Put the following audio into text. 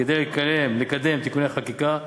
וכן לקדם תיקוני חקיקה,